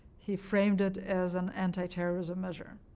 he framed it as an antiterrorism measure.